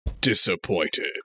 disappointed